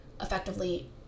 effectively